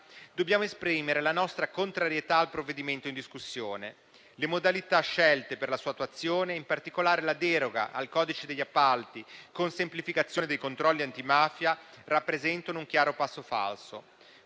dobbiamo esprimere la nostra contrarietà al provvedimento in discussione. Le modalità scelte per la sua attuazione, in particolare la deroga al codice degli appalti con semplificazione dei controlli antimafia, rappresentano un chiaro passo falso.